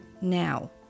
now